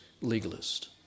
legalist